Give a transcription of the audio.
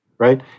right